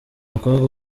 mukobwa